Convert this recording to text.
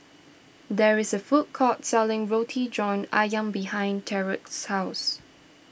there is a food court selling Roti John Ayam behind Tyrek's house